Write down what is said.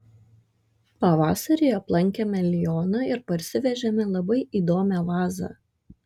pavasarį aplankėme lioną ir parsivežėme labai įdomią vazą